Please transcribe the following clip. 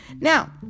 Now